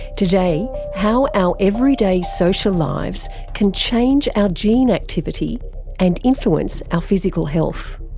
today, how our everyday social lives can change our gene activity and influence our physical health.